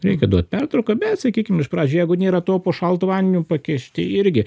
reikia duot pertrauką bet sakykim iš pradžių jeigu nėra to po šaltu vandeniu pakišti irgi